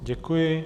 Děkuji.